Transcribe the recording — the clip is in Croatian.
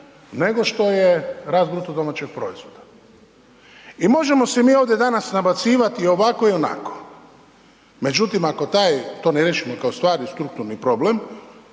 nego što je rast bruto domaćeg proizvoda. I možemo se mi ovde danas nabacivati i ovako i onako, međutim ako taj, to ne riješimo kao stvarni strukturni problem